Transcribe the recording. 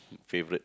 favourite